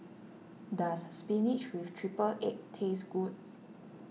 does Spinach with Triple Egg taste good